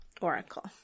Oracle